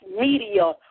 media